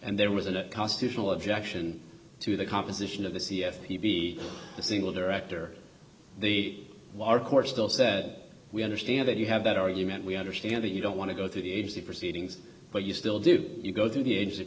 and there was a constitutional objection to the composition of the c s he a single director the lark or still said we understand that you have that argument we understand that you don't want to go through the proceedings but you still do you go through the ages of